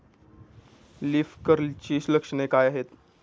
Leaf कर्लची लक्षणे काय आहेत?